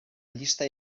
llista